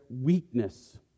weakness